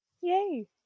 Yay